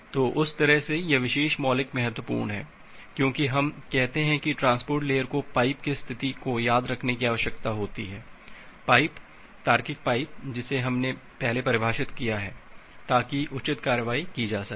तो उस तरह से यह विशेष मौलिक महत्वपूर्ण है क्योंकि हम कहते हैं कि ट्रांसपोर्ट लेयर को पाइप की स्थिति को याद रखने की आवश्यकता होती है पाइप तार्किक पाइप जिसे हमने पहले परिभाषित किया है ताकि उचित कार्रवाई की जा सके